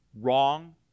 wrong